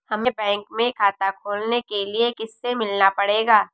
हमे बैंक में खाता खोलने के लिए किससे मिलना पड़ेगा?